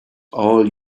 all